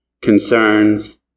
concerns